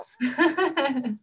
Yes